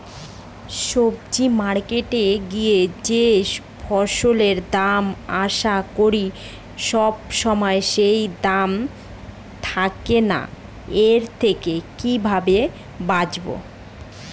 সবজি মার্কেটে গিয়ে যেই ফসলের দাম আশা করি সবসময় সেই দাম থাকে না এর থেকে কিভাবে বাঁচাবো?